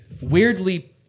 weirdly